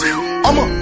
I'ma